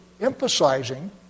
emphasizing